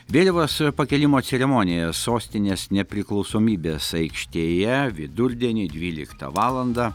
vėliavos pakėlimo ceremonija sostinės nepriklausomybės aikštėje vidurdienį dvyliktą valandą